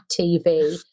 TV